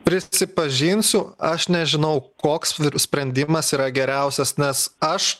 prisipažinsiu aš nežinau koks sprendimas yra geriausias nes aš